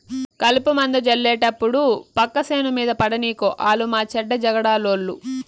కలుపుమందు జళ్లేటప్పుడు పక్క సేను మీద పడనీకు ఆలు మాచెడ్డ జగడాలోళ్ళు